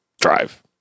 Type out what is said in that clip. drive